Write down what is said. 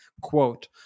Quote